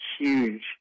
huge